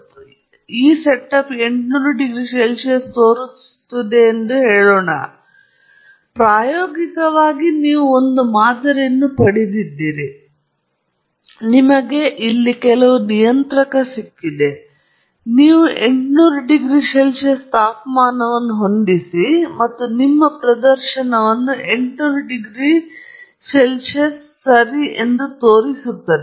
ಆದ್ದರಿಂದ ಪ್ರಾಯೋಗಿಕವಾಗಿ ನೀವು ಒಂದು ಟ್ಯೂಬ್ ಟ್ಯೂಬ್ ಫರ್ನೇಸ್ ಸಿಕ್ಕಿದ್ದೀರಾ ಅಲ್ಲಿ ನೀವು ಒಂದು ದೋಣಿ ಸಿಕ್ಕಿದೆ ನೀವು ಒಂದು ಮಾದರಿಯನ್ನು ಪಡೆದಿದ್ದೀರಿ ಮತ್ತು ನೀವು ಪ್ರದರ್ಶನವನ್ನು ಹೊಂದಿದ್ದೀರಿ ನಿಮಗೆ ಇಲ್ಲಿ ಕೆಲವು ನಿಯಂತ್ರಕ ಸಿಕ್ಕಿದೆ ನೀವು 800 ಡಿಗ್ರಿ ಸಿ ತಾಪಮಾನವನ್ನು ಹೊಂದಿಸಿ ಮತ್ತು ನಿಮ್ಮ ಪ್ರದರ್ಶನವನ್ನು 800 ಡಿಗ್ರಿ ಸಿ ಬಲ ತೋರಿಸುತ್ತದೆ